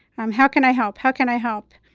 um how can i help? how can i help?